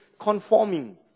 conforming